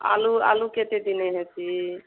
ଆଲୁ ଆଲୁ କେତେ ଦିନେ ହେସି